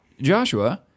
Joshua